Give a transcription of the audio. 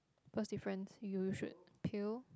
first difference you should peel